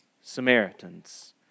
Samaritans